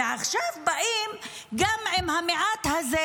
ועכשיו באים גם עם המעט הזה,